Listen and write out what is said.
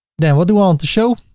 then what do i want to show,